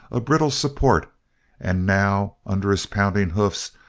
a brittle support and now, under his pounding hoofs,